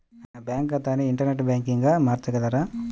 నా బ్యాంక్ ఖాతాని ఇంటర్నెట్ బ్యాంకింగ్గా మార్చగలరా?